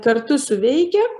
kartu suveikia